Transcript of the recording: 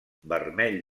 vermell